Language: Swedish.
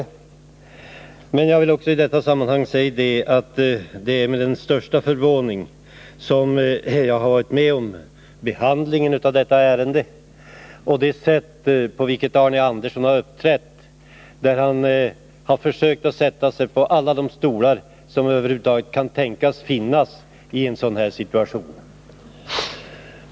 I detta sammanhang vill jag emellertid också säga att det är med den största förvåning jag har varit med om behandlingen av detta ärende, där Arne Andersson i Ljung har försökt att sätta sig på alla de stolar som över huvud taget kan tänkas finnas.